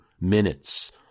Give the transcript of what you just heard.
minutes